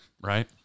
Right